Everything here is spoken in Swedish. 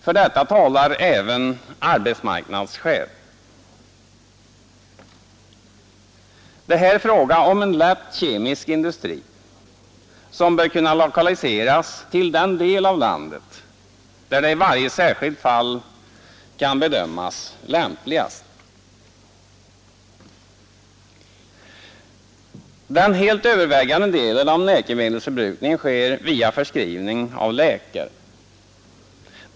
För detta talar även arbetsmarknadsskäl. Det är här fråga om en lätt kemisk industri som bör kunna lokaliseras till den del av landet där det i varje särskilt fall kan bedömas lämpligast. Den helt övervägande delen av läkemedelsförbrukningen sker via förskrivning av läkare.